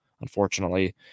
unfortunately